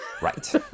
right